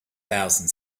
thousand